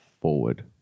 forward